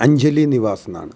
അഞ്ജലി നിവാസ് എന്നാണ്